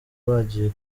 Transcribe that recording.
bagiye